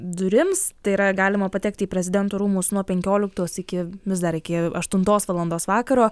durims tai yra galima patekti į prezidento rūmus nuo penkioliktos iki vis dar iki aštuntos valandos vakaro